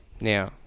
now